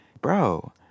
bro